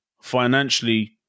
financially